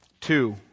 Two